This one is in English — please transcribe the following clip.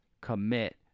commit